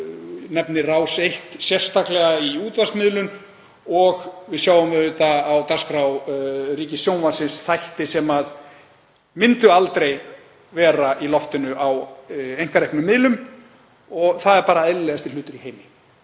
nefni Rás 1 sérstaklega í útvarpsmiðlun og við sjáum auðvitað á dagskrá ríkissjónvarpsins þætti sem myndu aldrei vera í loftinu á einkareknum miðlum. Það er bara eðlilegasti hlutur í heimi.